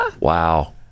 Wow